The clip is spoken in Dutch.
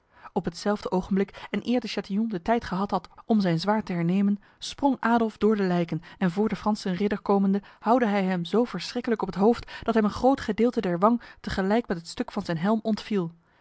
op hetzelfde ogenblik en eer de chatillon de tijd gehad had om zijn zwaard te hernemen sprong adolf door de lijken en voor de franse ridder komende houwde hij hem zo verschrikkelijk op het hoofd dat hem een groot gedeelte der wang tegelijk met het stuk van zijn helm ontviel